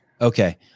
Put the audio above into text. okay